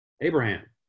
Abraham